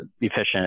efficient